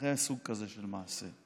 אחרי סוג כזה של מעשה.